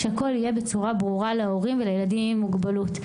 שהכול יהיה בצורה ברורה להורים ולילדים עם מוגבלות.